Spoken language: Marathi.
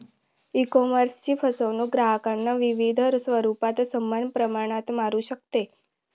ईकॉमर्सची फसवणूक ग्राहकांना विविध स्वरूपात समान प्रमाणात मारू शकते